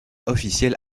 officielle